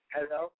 Hello